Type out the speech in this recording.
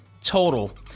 total